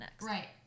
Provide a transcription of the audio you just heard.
right